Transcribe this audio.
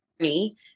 journey